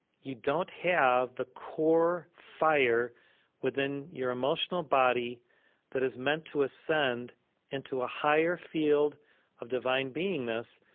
you don't have the core fire within your emotional body that is meant to ascend into a higher field of divine beingness,